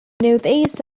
northeast